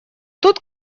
тут